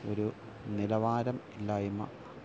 ഒരു നിലവാരം ഇല്ലായ്മ